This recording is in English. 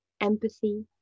empathy